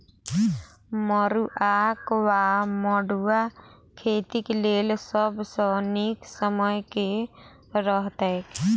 मरुआक वा मड़ुआ खेतीक लेल सब सऽ नीक समय केँ रहतैक?